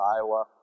Iowa